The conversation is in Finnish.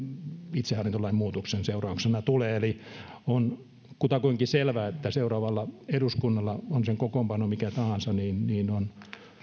itsehallintolain muutoksen seurauksena tulee eli on kutakuinkin selvää että seuraavalla eduskunnalla on sen kokoonpano mikä tahansa on